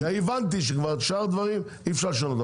הבנתי שאת שאר הדברים אי-אפשר לשנות,